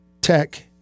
Tech